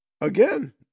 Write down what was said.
again